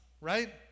right